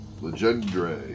Legendre